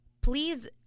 please